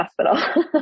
hospital